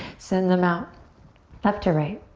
send them out left to right.